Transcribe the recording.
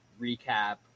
recap